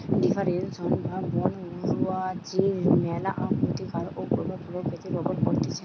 deforestation বা বন উজাড়ের ম্যালা ক্ষতিকারক প্রভাব প্রকৃতির উপর পড়তিছে